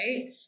right